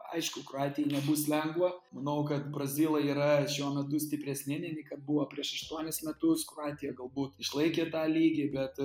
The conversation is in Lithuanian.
aišku kroatijai nebus lengva manau kad brazilai yra šiuo metu stipresni negu kad buvo prieš aštuonis metus kroatija galbūt išlaikė tą lygį bet